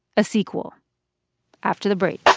a sequel after the break.